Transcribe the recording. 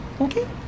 Okay